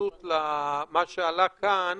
התייחסות למה שעלה כאן,